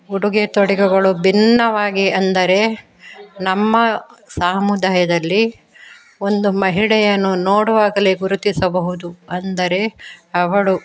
ಉಡುಗೆ ತೊಡುಗೆಗಳು ಭಿನ್ನವಾಗಿ ಅಂದರೆ ನಮ್ಮ ಸಮುದಾಯದಲ್ಲಿ ಒಂದು ಮಹಿಳೆಯನ್ನು ನೋಡುವಾಗಲೇ ಗುರುತಿಸಬಹುದು ಅಂದರೆ ಅವಳು